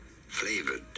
Flavored